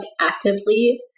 actively